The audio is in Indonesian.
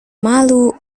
malu